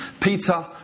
Peter